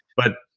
but,